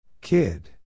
Kid